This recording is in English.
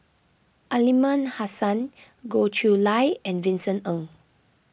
Aliman Hassan Goh Chiew Lye and Vincent Ng